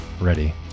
ready